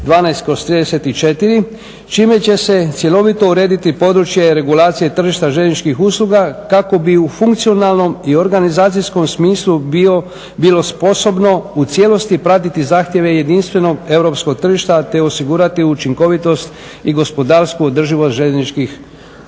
2012/34 čime će se cjelovito urediti područje regulacije tržišta željezničkih usluga kako bi u funkcionalnom i organizacijskom smislu bilo sposobno u cijelosti pratiti zahtjeve jedinstvenog europskog tržišta, te osigurati učinkovitost i gospodarsku održivost željezničkih usluga.